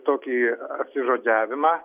tokį apsižodžiavimą